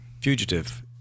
Fugitive